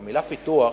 במלה "פיתוח"